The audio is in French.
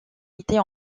était